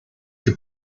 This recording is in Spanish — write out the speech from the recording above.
que